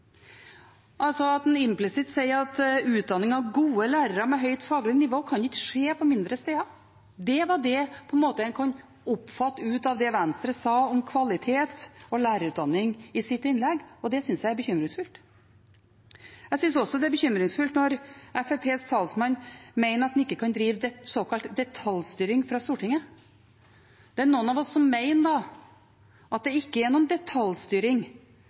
implisitt at utdanning av gode lærere med høyt faglig nivå ikke kan skje på mindre steder. Det var det en på en måte kunne oppfatte av det Venstre sa om kvalitet og lærerutdanning i sitt innlegg, og det syns jeg er bekymringsfullt. Jeg syns også det er bekymringsfullt når Fremskrittspartiets talsmann mener at en ikke kan drive såkalt detaljstyring fra Stortinget. Det er noen av oss som mener at det ikke er detaljstyring